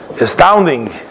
astounding